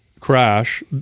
crash